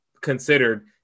considered